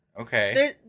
Okay